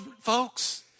folks